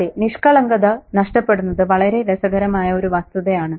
അതെ നിഷ്കളങ്കത നഷ്ടപ്പെടുന്നത് വളരെ രസകരമായ ഒരു വസ്തുതയാണ്